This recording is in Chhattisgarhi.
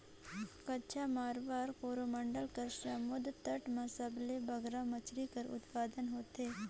कच्छ, माराबार, कोरोमंडल कर समुंदर तट में सबले बगरा मछरी कर उत्पादन होथे